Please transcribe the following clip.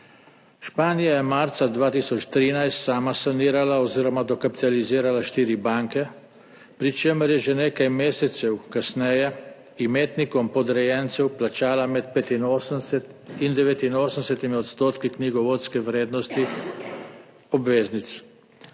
Španija je marca 2013 sama sanirala oziroma dokapitalizirala štiri banke, pri čemer je že nekaj mesecev kasneje imetnikom podrejencev plačala med 85 in 89 % knjigovodske vrednosti obveznic.